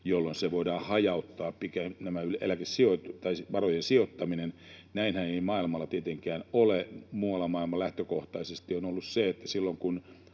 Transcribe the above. jolloin se voidaan hajauttaa, varojen sijoittaminen. Näinhän ei maailmalla tietenkään ole. Muualla maailmassa lähtökohtaisesti on ollut se, että silloin, kun